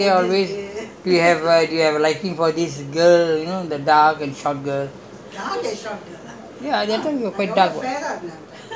no lah happy my sister was saying that the why how going there always you have like you have like he for this girl the dark and short girl